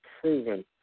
proven